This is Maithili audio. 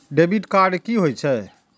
डेबिट कार्ड कि होई छै?